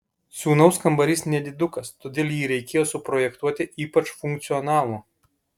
sūnaus kambarys nedidukas todėl jį reikėjo suprojektuoti ypač funkcionalų